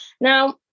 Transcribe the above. now